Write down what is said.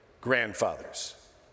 grandfathers